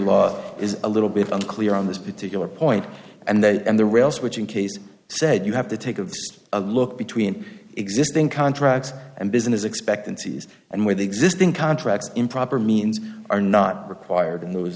law is a little bit unclear on this particular point and that and the rails in case said you have to take of a look between existing contracts and business expectancies and where the existing contracts improper means are not required in those